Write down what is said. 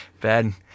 Ben